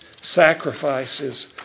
sacrifices